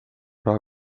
raha